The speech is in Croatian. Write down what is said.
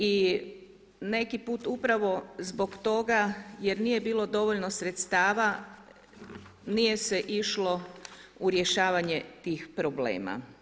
I neki put upravo zbog toga jer nije bilo dovoljno sredstava, nije se išlo u rješavanje tih problema.